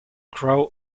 crow